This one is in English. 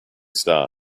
star